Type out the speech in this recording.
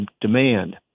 demand